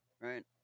right